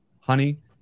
honey